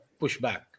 pushback